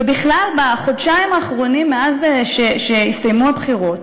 ובכלל בחודשיים האחרונים מאז שהסתיימו הבחירות,